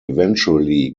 eventually